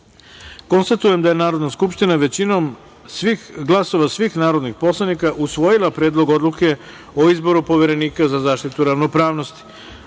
poslanik. Konstatujem da je Narodna skupština, većinom glasova svih narodnih poslanika, usvojila Predlog odluke o izboru Poverenika za zaštitu ravnopravnosti. Dozvolite